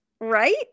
right